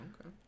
Okay